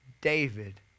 David